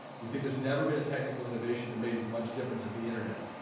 we think there's never been a technical innovation that made as much difference as the internet.